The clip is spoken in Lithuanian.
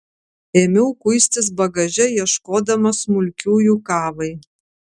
ėmiau kuistis bagaže ieškodama smulkiųjų kavai